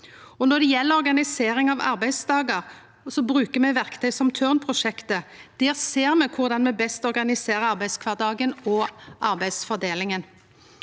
Når det gjeld organisering av arbeidsdagar, bruker me verktøy som Tørn-prosjektet. Der ser me korleis me best organiserer arbeidskvardagen og arbeidsfordelinga.